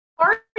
party